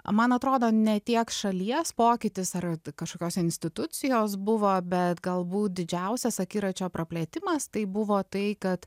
man atrodo ne tiek šalies pokytis ar kažkokios institucijos buvo bet galbūt didžiausias akiračio praplėtimas tai buvo tai kad